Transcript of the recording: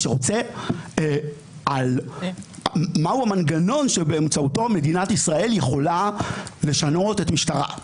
שרוצה על מהו המנגנון שבאמצעותו מדינת ישראל יכולה לשנות את משטרה.